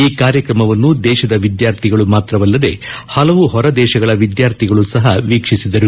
ಈ ಕಾರ್ಯಕ್ರಮವನ್ನು ದೇಶದ ವಿದ್ಯಾರ್ಥಿಗಳು ಮಾತ್ರವಲ್ಲದೆ ಹಲವು ಹೊರ ದೇಶಗಳ ವಿದ್ಯಾರ್ಥಿಗಳು ಸಹ ವೀಕ್ಷಿಸಿದರು